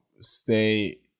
stay